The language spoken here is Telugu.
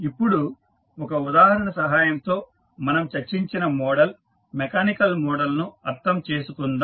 ఇప్పుడు ఒక ఉదాహరణ సహాయంతో మనం చర్చించిన మోడల్ మెకానికల్ మోడల్ను అర్థం చేసుకుందాం